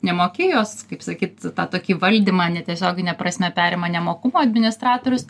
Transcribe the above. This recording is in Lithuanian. nemoki jos kaip sakyt tą tokį valdymą netiesiogine prasme perima nemokumo administratorius